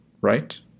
right